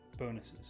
Bonuses